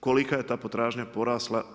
Kolika je ta potražnja porasla?